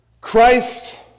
Christ